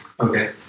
Okay